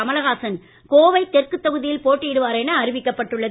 கமலஹாசன் கோவை தெற்கு தொகுதியில் போட்டியிடுவார் என அறிவிக்கப்பட்டுள்ளது